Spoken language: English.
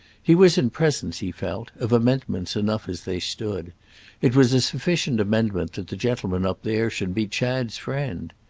he was in presence, he felt, of amendments enough as they stood it was a sufficient amendment that the gentleman up there should be chad's friend.